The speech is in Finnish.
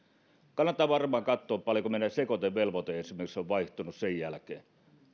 kannattaa varmaan katsoa paljonko esimerkiksi meidän sekoitevelvoite on vaihtunut sen jälkeen me